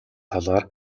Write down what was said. талаар